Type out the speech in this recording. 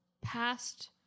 past